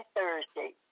Thursday